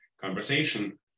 conversation